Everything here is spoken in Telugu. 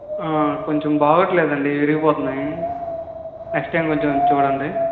కొంచెం బాగోవడం లేదండి విరిగిపోతన్నాయి నెక్స్ట్ టైం కొంచెం చూడండి